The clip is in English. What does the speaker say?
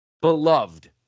beloved